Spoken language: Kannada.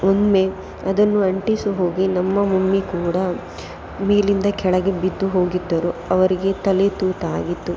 ಒಮ್ಮೆ ಅದನ್ನು ಅಂಟಿಸ ಹೋಗಿ ನಮ್ಮ ಮಮ್ಮಿ ಕೂಡ ಮೇಲಿಂದ ಕೆಳಗೆ ಬಿದ್ದು ಹೋಗಿದ್ದರು ಅವರಿಗೆ ತಲೆ ತೂತಾಗಿತ್ತು